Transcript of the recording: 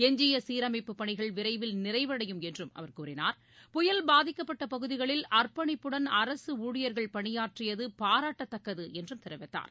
எஞ்சிய சீரமைப்பு பணிகள் விரைவில் நிறைவடையும் என்றும் அவர் கூறினார் புயல் பாதிக்கப்பட்ட பகுதிகளில் அர்ப்பணிப்புடன் அரசு ஊழியர்கள் பணியாற்றியது பாராட்டத்தக்கது என்றும் தெரிவித்தார்